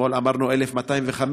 אתמול אמרנו 1,205,